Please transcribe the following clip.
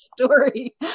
story